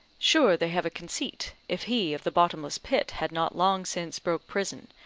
sure they have a conceit, if he of the bottomless pit had not long since broke prison,